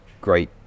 great